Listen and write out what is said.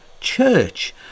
church